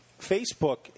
facebook